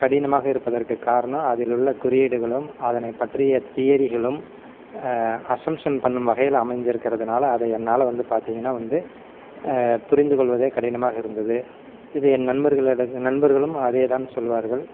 கடினமாக இருப்பதற்கு காரணம் அதில் உள்ள குறியீடுகளும் அதனே பற்றிய தியரிகளும் அஷம்சன் பண்ணும் வகையில் அமைஞ்சி இருக்கிறதனால அதை என்னால் வந்து பார்த்திங்கனா வந்து புரிந்து கொள்வதே கடினமாக இருந்தது இது என் நண்பர்களிடம் நண்பர்களும் அதே தான் சொல்வார்கள்